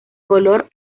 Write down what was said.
color